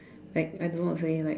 like I don't know how to say like